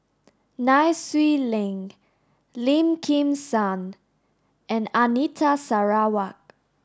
Nai Swee Leng Lim Kim San and Anita Sarawak